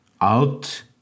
out